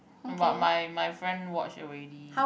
but my my friend watch already